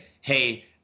hey